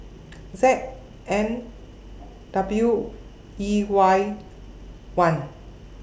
Z N W E Y one